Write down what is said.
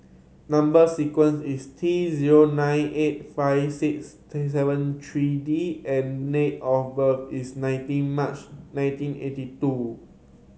number sequence is T zero nine eight five six seven three D and date of birth is nineteen March nineteen eighty two